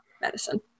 Medicine